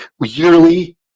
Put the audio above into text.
yearly